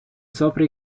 sopra